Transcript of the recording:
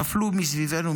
נפלו מסביבנו,